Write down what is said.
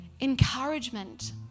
encouragement